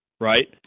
right